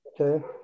Okay